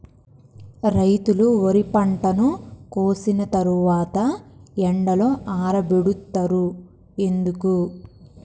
రైతులు వరి పంటను కోసిన తర్వాత ఎండలో ఆరబెడుతరు ఎందుకు?